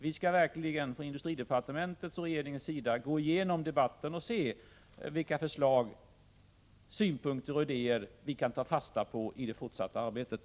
Vi skall verkligen på industridepartementet och från regeringens sida gå igenom debatten och se vilka förslag, synpunkter och idéer vi kan ta fasta på i det fortsatta arbetet.